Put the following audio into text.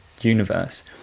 universe